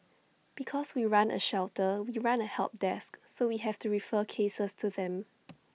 because we run A shelter we run A help desk so we have to refer cases to them